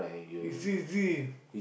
is says D